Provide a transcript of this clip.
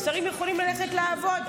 השרים יוכלו ללכת לעבוד,